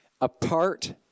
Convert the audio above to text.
Apart